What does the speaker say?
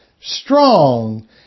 strong